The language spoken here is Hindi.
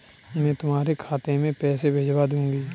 मैं तुम्हारे खाते में पैसे भिजवा दूँगी